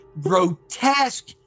grotesque